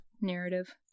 narrative